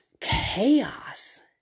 chaos